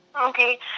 Okay